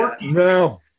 No